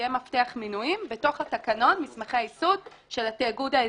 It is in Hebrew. יהיה מפתח מנויים בתוך התקנון של התיאגוד האזורי.